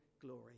glory